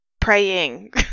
praying